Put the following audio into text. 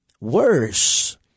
worse